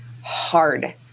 hard